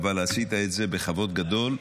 אבל עשית את זה בכבוד גדול.